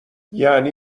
یعنی